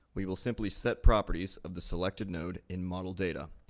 we will simply set properties of the selectednode in model data.